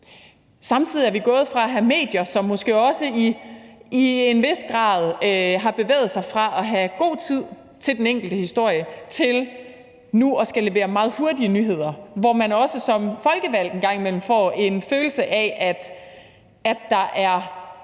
Samtidig er vi gået fra at have medier, som måske også til en vis grad har bevæget sig fra at have god tid til den enkelte historie til nu at skulle levere meget hurtige nyheder, hvor man som folkevalgt også en gang imellem